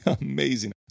amazing